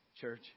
church